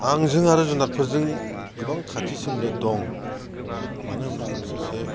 आंजों आरो जुनादफोरजों गोबां खाथि सोमोन्दो दं मानो होनब्ला आं सासे